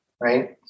Right